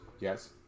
Yes